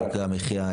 יוקר המחיה,